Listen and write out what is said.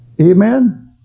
Amen